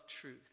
truth